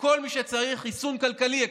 וכל מי שצריך חיסון כלכלי יקבל.